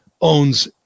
owns